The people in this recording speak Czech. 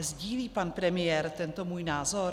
Sdílí pan premiér tento můj názor?